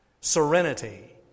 serenity